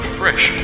fresh